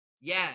Yes